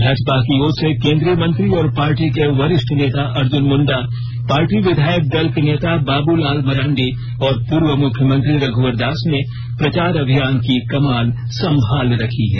भाजपा की ओर से केंद्रीय मंत्री और पार्टी के वरिष्ठ नेता अर्ज्न मुंडा पार्टी विधायक दल के नेता बाबूलाल मरांडी और पूर्व मुख्यमंत्री रघुवर दास ने प्रचार अभियान की कमान संभाल रखी है